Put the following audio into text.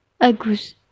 Agus